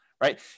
right